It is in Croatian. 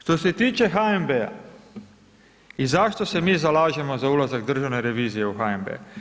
Što se tiče HNB-a i zašto se mi zalažemo za ulazak Državne revizije u HNB?